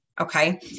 Okay